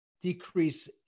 decrease